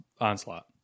Onslaught